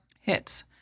hits